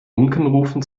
unkenrufen